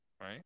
Right